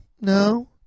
no